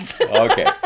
Okay